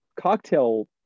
cocktail